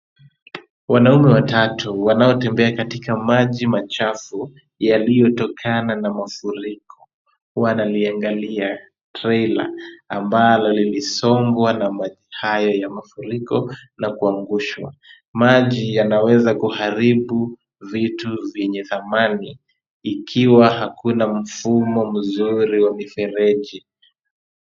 Wanaume watatu wanaotembea katika maji machafu yaliyotokana na mafuriko, wanaliangalia trela ambalo lililosombwa na maji haya ya mafuriko na kuangushwa. Maji yanaweza kuharibu vitu vyenye dhamani ikiwa hakuna mfumo mzuri wa mifereji.